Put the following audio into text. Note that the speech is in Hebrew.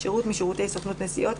שירות משירותי סוכנות נסיעות,